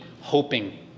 hoping